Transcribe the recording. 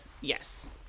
yes